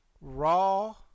raw